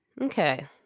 Okay